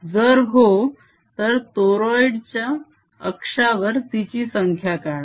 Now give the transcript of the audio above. जर हो तर तोरोईड च्या अक्षावर तिची संख्या काढा